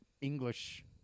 English